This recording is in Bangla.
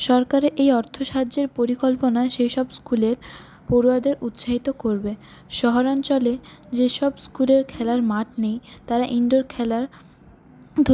সরকারের এই অর্থ সাহায্যের পরিকল্পনা সেই সব স্কুলের পড়ুয়াদের উৎসাহিত করবে শহরাঞ্চলে যে সব স্কুলের খেলার মাঠ নেই তারা ইনডোর খেলাধুলোর